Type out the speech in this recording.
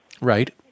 Right